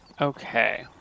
Okay